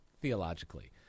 theologically